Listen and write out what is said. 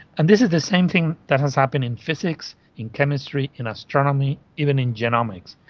and this is the same thing that has happened in physics, in chemistry, in astronomy, even in genomics.